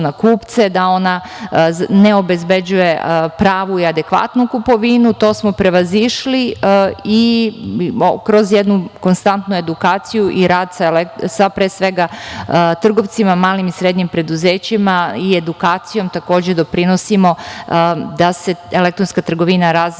da ona ne obezbeđuje pravu i adekvatnu kupovinu. To smo prevazišli i kroz jednu konstantnu edukaciju i rad sa, pre svega, trgovcima, malim i srednjim preduzećima i edukacijom takođe doprinosimo da se elektronska trgovina razvija